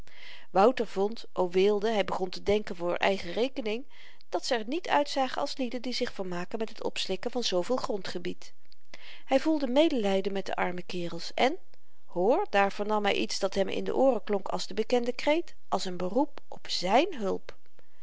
wouter vond o weelde hy begon te denken voor eigen rekening dat ze r niet uitzagen als lieden die zich vermaken met het opslikken van zooveel grondgebied hy voelde medelyden met de arme kerels en hoor daar vernam hy iets dat hem in de ooren klonk als de bekende kreet als n beroep op zyn hulp